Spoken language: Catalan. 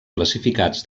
classificats